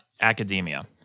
academia